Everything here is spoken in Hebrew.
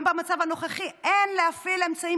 גם במצב הנוכחי אין להפעיל אמצעים